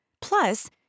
Plus